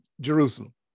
Jerusalem